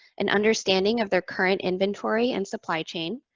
an understanding of their current inventory and supply chain,